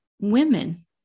Women